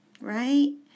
Right